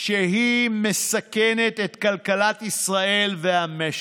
שהיא מסכנת את כלכלת ישראל והמשק: